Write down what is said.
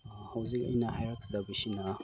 ꯍꯧꯖꯤꯛ ꯑꯩꯅ ꯍꯥꯏꯔꯛꯀꯗꯕꯁꯤꯅ